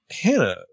Hannah